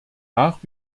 nach